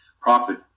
profit